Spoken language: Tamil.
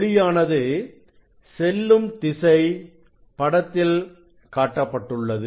ஒளியானது செல்லும் திசை படத்தில் காட்டப்பட்டுள்ளது